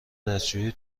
دستشویی